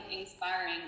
inspiring